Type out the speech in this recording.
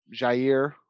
Jair